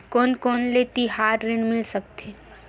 कोन कोन ले तिहार ऋण मिल सकथे?